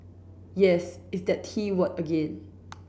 yes it's that T word again